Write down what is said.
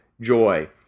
joy